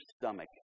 stomach